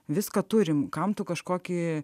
viską turime kam tu kažkokį